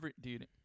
Dude